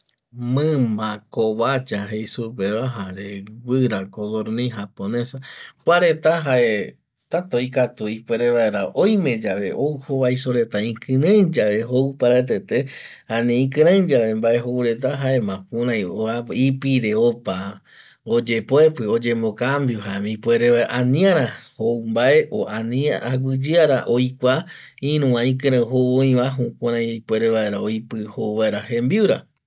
Mimba covaya jeisupeva jare guira codornis japonesa kuareta jae tata oikatu ipuerevaera oime yave ou jovaiso reta ikireiye jou paraetete ani ikireiye mbae joureta jaema kurai ipire opa oyepoepi oyemocambio jaema ipuerevaera ani ara jou vae o auguiyeara oikua iru va ikirei jou oiva jukurai ipuere vaera oipi jouvaera oipivaera jembiura